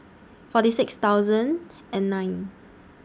forty six thousand and nine